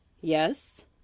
Yes